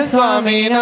Swami